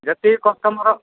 ଯେମିତିି customer